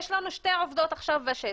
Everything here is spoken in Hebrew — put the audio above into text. יש לנו שתי עובדות עכשיו בשטח.